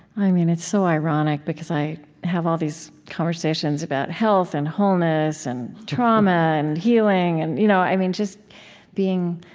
i mean, it's so ironic because i have all these conversations about health, and wholeness, and trauma, and healing, and, you know i i mean, just being